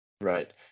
Right